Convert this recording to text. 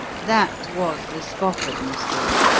that was the spofford mystery.